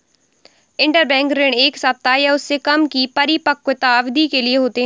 interbank ऋण एक सप्ताह या उससे कम की परिपक्वता अवधि के लिए होते हैं